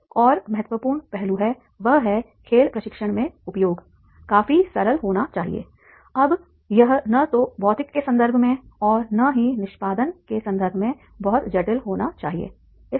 एक और महत्वपूर्ण पहलू है वह है खेल प्रशिक्षण में उपयोग काफी सरल होना चाहिए अब यह न तो भौतिक के संदर्भ में और न ही निष्पादन के संदर्भ में बहुत जटिल होना चाहिए